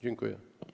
Dziękuję.